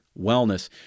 wellness